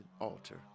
altar